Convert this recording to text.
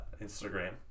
Instagram